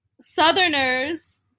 Southerners